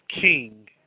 king